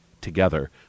together